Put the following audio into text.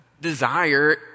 desire